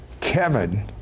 Kevin